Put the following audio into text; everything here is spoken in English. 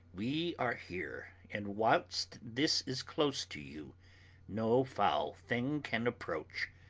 we are here and whilst this is close to you no foul thing can approach.